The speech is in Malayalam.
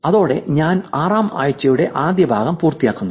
അതോടെ ഞാൻ ആറാം ആഴ്ചയുടെ ആദ്യ ഭാഗം പൂർത്തിയാക്കുന്നു